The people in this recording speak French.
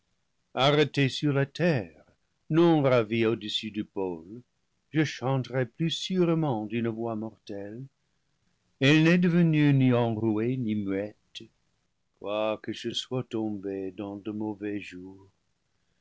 arrêté sur la terre non ravi au-dessus du pôle je chanterai plus sûrement le paradis perdu d'une voix mortelle elle n'est devenue ni enrouée ni muette quoique je sois tombé dans de mauvais jours